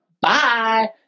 bye